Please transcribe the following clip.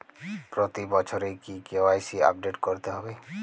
প্রতি বছরই কি কে.ওয়াই.সি আপডেট করতে হবে?